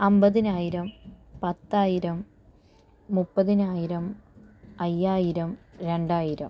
അമ്പതിനായിരം പത്തായിരം മുപ്പതിനായിരം അയ്യായിരം രണ്ടായിരം